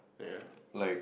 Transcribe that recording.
ya